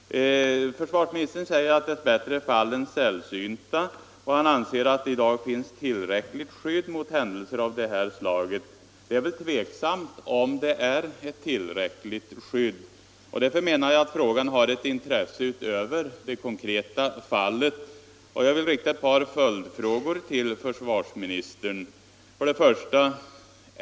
Försvarsministern säger att dess bättre är sådana här fall sällsynta, och han anser att det i dag finns tillräckligt skydd mot händelser av det här slaget. Det är väl tveksamt om det finns ett tillräckligt skydd, och jag anser att frågan har intresse utöver det konkreta fallet. Jag vill därför rikta ett par följdfrågor till försvarsministern: 1.